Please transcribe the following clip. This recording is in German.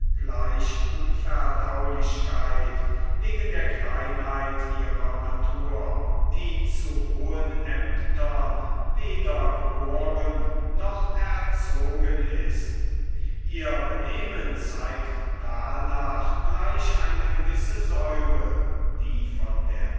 gleich unverdaulichkeit wegen der kleinheit ihrer natur die zu hohen aemtern weder geboren noch erzogen ist ihr benehmen zeigt danach gleich eine gewisse säure die von der